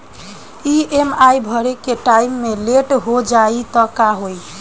EMI भरे के time मे लेट हो जायी त का होई?